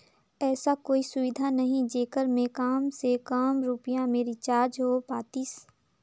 ऐसा कोई सुविधा नहीं जेकर मे काम से काम रुपिया मे रिचार्ज हो पातीस?